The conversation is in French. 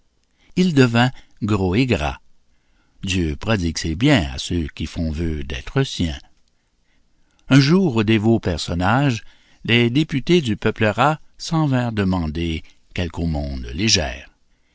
il devint gros et gras dieu prodigue ses biens à ceux qui font vœu d'être siens un jour au dévot personnage des députés du peuple rat s'en vinrent demander quelque aumône légère